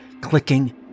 clicking